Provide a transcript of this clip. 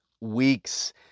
weeks